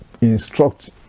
instruct